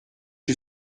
you